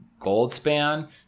Goldspan